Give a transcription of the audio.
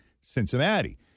Cincinnati